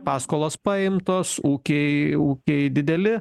paskolos paimtos ūkiai ūkiai dideli